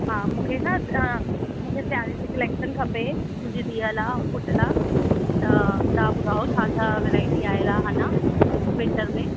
हा मूंखे न मूंखे सिआरे जो कलेक्शन खपे मुंहिंजी धीअ लाइ ऐं पुट लाइ त तव्हां ॿुधायो छा छा वैराएटी आयल आहे अञा विंटर में